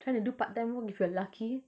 try to do part time work if we are lucky